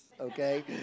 okay